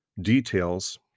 details